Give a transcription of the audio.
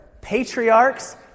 patriarchs